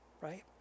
right